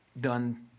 done